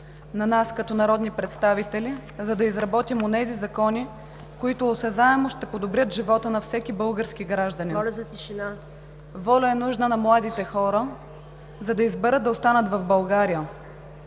на нас като народни представители, за да изработим онези закони, които осезаемо ще подобрят живота на всеки български гражданин. Воля е нужна на младите хора, за да изберат да останат в България.